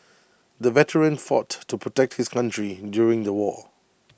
the veteran fought to protect his country during the war